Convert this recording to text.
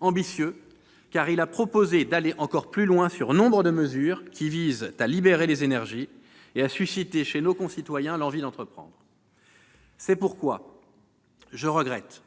Ambitieux, car il a proposé d'aller encore plus loin sur nombre de mesures visant à libérer les énergies et à susciter chez nos concitoyens l'envie d'entreprendre. C'est pourquoi je regrette